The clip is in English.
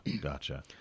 Gotcha